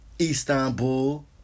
Istanbul